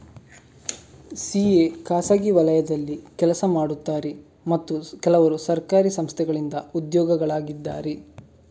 CA ಖಾಸಗಿ ವಲಯದಲ್ಲಿ ಕೆಲಸ ಮಾಡುತ್ತಾರೆ ಮತ್ತು ಕೆಲವರು ಸರ್ಕಾರಿ ಸಂಸ್ಥೆಗಳಿಂದ ಉದ್ಯೋಗಿಗಳಾಗಿದ್ದಾರೆ